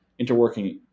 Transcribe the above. interworking